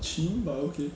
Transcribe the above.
chim but okay